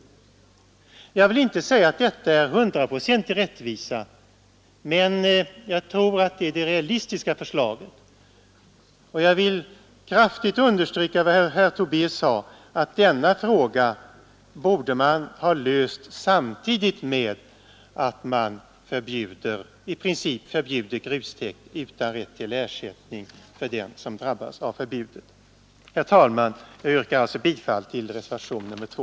Jag vill inte säga att detta är en hundraprocentig rättvisa, men jag tror att det är det realistiska förslaget. Jag vill kraftigt understryka vad herr Tobé sade, att denna fråga borde man ha löst samtidigt med att man i princip förbjuder grustäkt utan rätt till ersättning för dem som drabbas av förbudet. Herr talman! Jag yrkar bifall till reservationen 2.